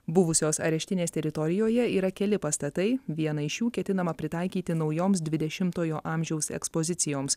buvusios areštinės teritorijoje yra keli pastatai vieną iš jų ketinama pritaikyti naujoms dvidešimtojo amžiaus ekspozicijoms